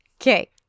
Okay